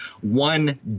one